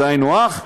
זה היינו הך,